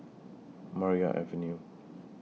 Maria Avenue